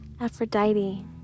Aphrodite